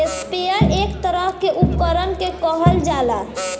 sprayer एक तरह के उपकरण के कहल जाला